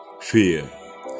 fear